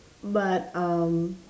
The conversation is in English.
but um